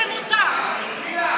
ירוקים.